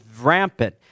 rampant